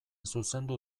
zuzendu